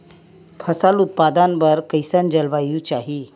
फसल उत्पादन बर कैसन जलवायु चाही?